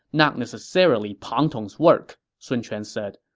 not necessarily pang tong's work, sun quan said.